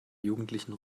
jugendlichen